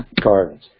Gardens